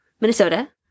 Minnesota